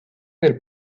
del